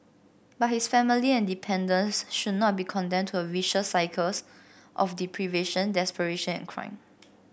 but his family and dependants should not be condemned to a vicious cycles of deprivation desperation and crime